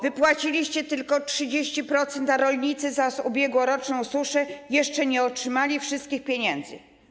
Wypłaciliście tylko 30%, a rolnicy za ubiegłoroczną suszę jeszcze nie otrzymali wszystkich pieniędzy.